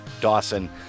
Dawson